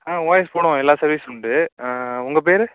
ஆ OS போடுவோம் எல்லா சர்வீஸும் உண்டு உங்கள் பேர்